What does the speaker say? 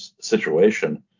situation